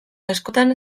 askotan